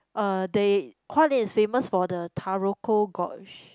uh they Hua-Lian is famous for the Taroko Gorge